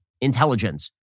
intelligence